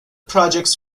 projects